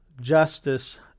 justice